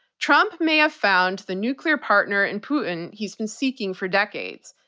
trump may have found the nuclear partner in putin he has been seeking for decades.